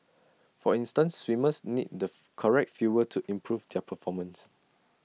for instance swimmers need the correct fuel to improve their performance